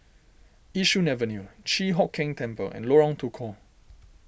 Yishun Avenue Chi Hock Keng Temple and Lorong Tukol